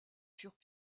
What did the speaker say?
furent